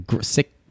sick